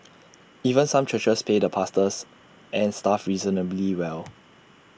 even some churches pay the pastors and staff reasonably well